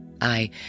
I